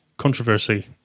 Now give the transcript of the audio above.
controversy